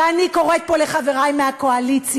ואני קוראת פה לחברי מהקואליציה.